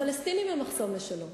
הפלסטינים הם מחסום לשלום.